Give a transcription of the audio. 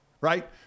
right